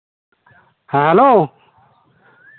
ᱦᱮᱸ ᱦᱮᱞᱳ